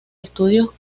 estudios